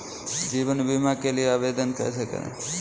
जीवन बीमा के लिए आवेदन कैसे करें?